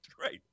right